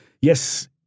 yes